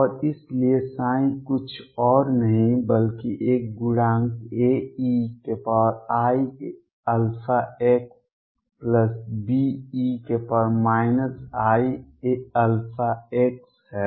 और इसलिए कुछ और नहीं बल्कि एक गुणांक AeiαxBe iαx है